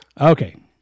Okay